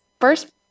first